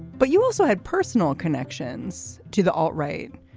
but you also had personal connections to the all right,